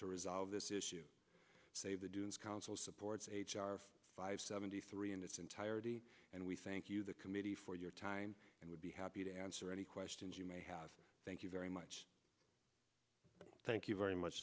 to resolve this issue save the dunes council supports h r five seventy three in its entirety and we thank you the committee for your time and would be happy to answer any questions you may have thank you very much thank you very much